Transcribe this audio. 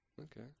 Okay